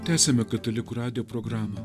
tęsiame katalikų radijo programą